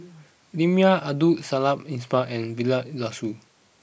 Lim Yau Abdul Samad Ismail and Vilma Laus